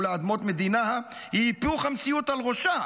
לאדמות מדינה היא היפוך המציאות על ראשה.